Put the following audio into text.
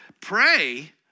pray